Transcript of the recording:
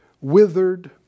withered